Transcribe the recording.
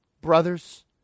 Brothers